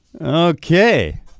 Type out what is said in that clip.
Okay